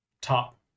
top